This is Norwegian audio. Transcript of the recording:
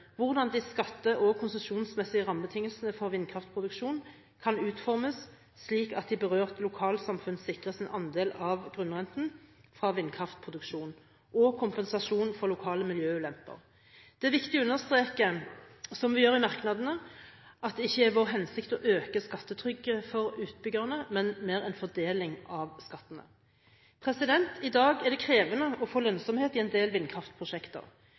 hvordan de skatte- og konsesjonsmessige rammebetingelsene for vindkraftproduksjon kan utformes, slik at de berørte lokalsamfunn sikres en andel av grunnrenten fra vindkraftproduksjon og kompensasjon for lokale miljøulemper. Det er viktig å understreke, som vi gjør i merknadene, at det ikke er vår hensikt å øke skattetrykket for utbyggerne, men at vi ønsker en bedre fordeling av skattene. I dag er det krevende å få lønnsomhet i en del vindkraftprosjekter.